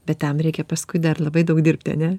bet tam reikia paskui dar labai daug dirbti ane